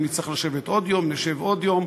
אם נצטרך לשבת עוד יום, נשב עוד יום.